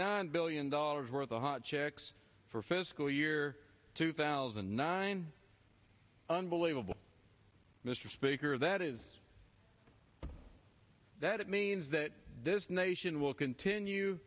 nine billion dollars worth of hot chicks for fiscal year two thousand and nine unbelievable mr speaker that is that it means that this nation will continue